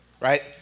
right